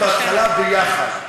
לעשות בהתחלה ביחד.